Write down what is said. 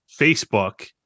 facebook